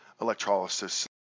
electrolysis